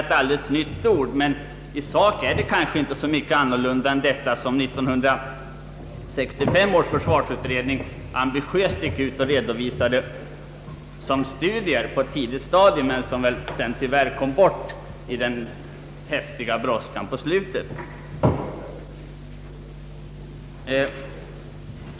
Vi kan väl också notera att visserligen är miljöutredning ett alldeles nytt ord i sammanhanget, men i sak är det kanske inte mycket annorlunda än vad 1965 års försvarsutredning ambitiöst redovisade som studier på ett tidigt stadium, vilka dock tyvärr i den häftiga brådskan på slutet delvis kom bort.